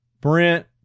Brent